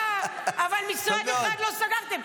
המלחמה, המלחמה, אבל משרד אחד לא סגרתם.